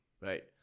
right